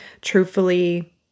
truthfully